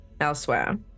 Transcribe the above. elsewhere